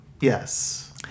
Yes